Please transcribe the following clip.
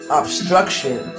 obstruction